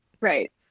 Right